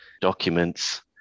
documents